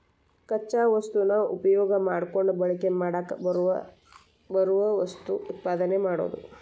ಕಚ್ಚಾ ವಸ್ತುನ ಉಪಯೋಗಾ ಮಾಡಕೊಂಡ ಬಳಕೆ ಮಾಡಾಕ ಬರು ವಸ್ತುನ ಉತ್ಪಾದನೆ ಮಾಡುದು